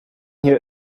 hier